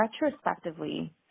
retrospectively